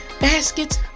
baskets